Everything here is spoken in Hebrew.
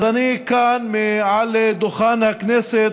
אז כאן, מעל דוכן הכנסת,